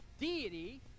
deity